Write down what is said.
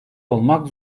olmak